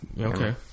Okay